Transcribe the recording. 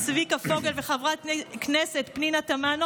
צביקה פוגל וחברת הכנסת פנינה תמנו,